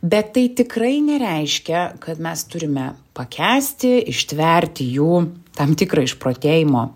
bet tai tikrai nereiškia kad mes turime pakęsti ištverti jų tam tikrą išprotėjimo